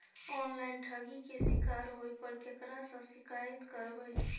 Online ठगी के शिकार होय पर केकरा से शिकायत करबै?